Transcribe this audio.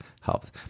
helped